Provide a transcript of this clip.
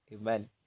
Amen